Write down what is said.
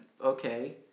okay